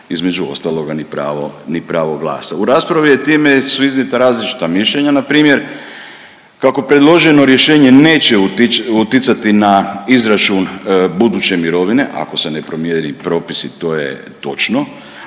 između ostaloga ni pravo, ni pravo glasa. U raspravi je, time su iznijeta različita mišljenja npr. kako predloženo rješenje neće uticati na izračun buduće mirovine ako se ne promijene propisi, to je točno,